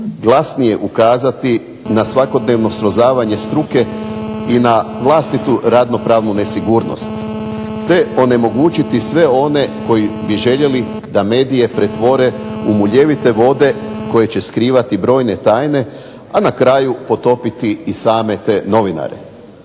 glasnije ukazati na svakodnevno srozavanje struke i na vlastitu radno pravnu nesigurnost te onemogućiti sve one koji bi željeli da medije pretvore u muljevite vode koji će skrivati brojne tajne, a na kraju potopiti i same te novinare.